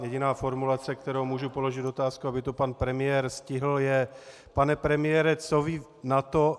Jediná formulace, kterou můžu položit otázkou, aby to pan premiér stihl, je: Pane premiére, co vy na to?